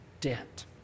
debt